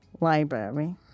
library